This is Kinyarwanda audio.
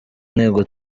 ntego